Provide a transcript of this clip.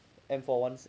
M four one six